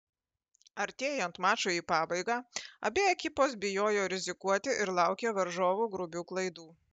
artėjant mačui į pabaigą abi ekipos bijojo rizikuoti ir laukė varžovų grubių klaidų